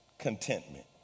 contentment